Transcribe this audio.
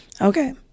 Okay